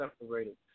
separated